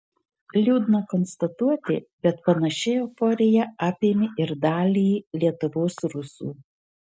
liūdna konstatuoti bet panaši euforija apėmė ir dalį lietuvos rusų